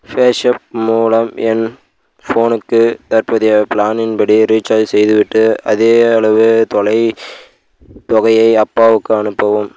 ஃபேஷப் மூலம் என் ஃபோனுக்கு தற்போதைய ப்ளானின் படி ரீசார்ஜ் செய்துவிட்டு அதேயளவு தொகையை அப்பாவுக்கும் அனுப்பவும்